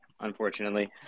unfortunately